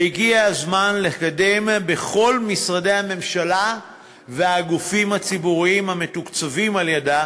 והגיע הזמן לקדם בכל משרדי הממשלה והגופים הציבוריים המתוקצבים על-ידה